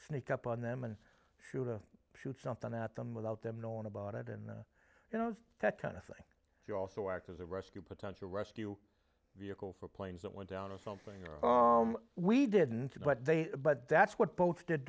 sneak up on them and shoot a shoot something that them without them knowing about it and you know that kind of thing you also act as a rescue potential rescue vehicle for planes that went down or something we didn't know what they but that's what boats did